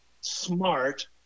smart